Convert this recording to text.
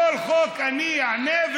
בכל חוק אני אעלה.